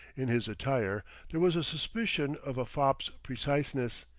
in his attire there was a suspicion of a fop's preciseness,